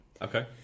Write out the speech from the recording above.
Okay